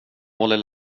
håller